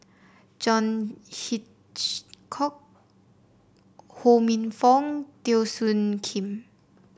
John Hitchcock Ho Minfong Teo Soon Kim